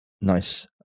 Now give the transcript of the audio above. nice